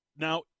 Now